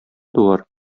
туар